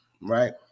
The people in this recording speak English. right